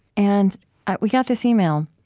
and we got this email,